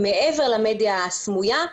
מעבר למדיה הסמויה,